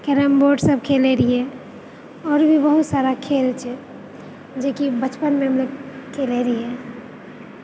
carrom board सभ खेलै रहियै आओर भी बहुत सारा खेल छै जेकि बचपनमे हमलोग खेलै रहियै